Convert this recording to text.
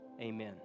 Amen